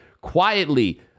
Quietly